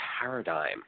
paradigm